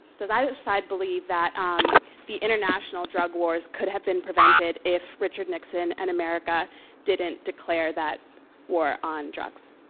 does either side believe that um the international drug wars could have been prevented if richard nixon and america didn't declare that war on drugs?